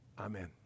Amen